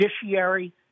judiciary